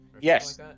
Yes